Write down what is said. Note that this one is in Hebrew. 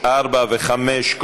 4 ו-5,